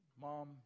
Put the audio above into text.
Mom